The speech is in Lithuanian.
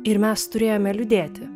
ir mes turėjome liūdėti